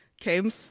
came